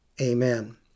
amen